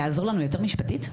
יעזור לנו יותר משפטית?